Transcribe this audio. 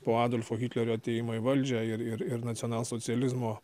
po adolfo hitlerio atėjimo į valdžią ir ir ir nacionalsocializmo